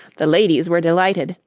the ladies were delighted,